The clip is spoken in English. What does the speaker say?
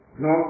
no